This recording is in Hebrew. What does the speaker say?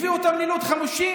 הביאו אותם ללוד חמושים